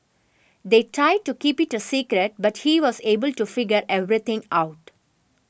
they tried to keep it a secret but he was able to figure everything out